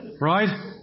Right